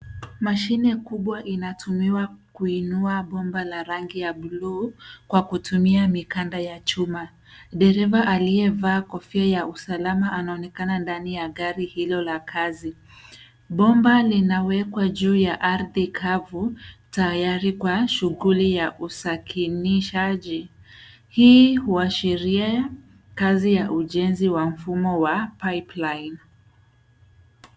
Mashine kubwa inatumiwa kuinua bomba la rangi ya buluu kwa kutumia nikanda ya chuma. Dereva aliyevaa kofia ya usalama anaonekana ndani ya gari hilo la kazi. Bomba linawekwa juu ya ardhi kavu tayari kwa shughuli za usakinishaji. Hii huashiria kazi ya ujenzi wa mfumo wa pipeline .